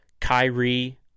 Kyrie